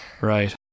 Right